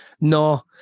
No